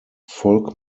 folk